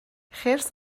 خرس